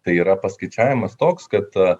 tai yra paskaičiavimas toks kad